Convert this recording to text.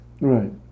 Right